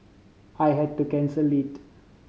I had to cancel it